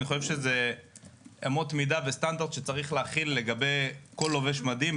אני חושב שאלה אמות מידה וסטנדרט שצריך להחיל לגבי כל לובש מדים,